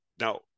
now